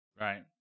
Right